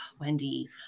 Wendy